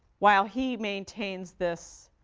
while he maintains this